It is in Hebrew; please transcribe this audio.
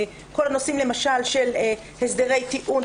למשל כל הנושאים של הסדרי דיון,